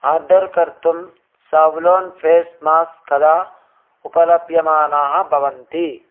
order कर्तुं Savlon face mask कदा उपलभ्यमानाः भवन्ति